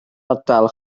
ardal